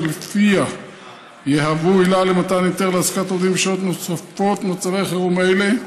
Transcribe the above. שלפיה יהוו עילה למתן היתר להעסקת עובדים בשעות נוספות מצבי חירום אלה: